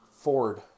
Ford